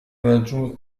raggiunge